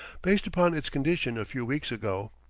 based upon its condition a few weeks ago.